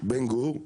בן גור,